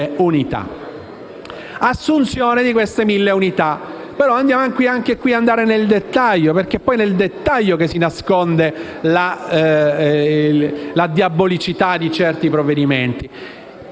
all'assunzione di queste mille unità